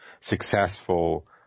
successful